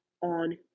on